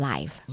Life